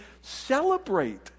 celebrate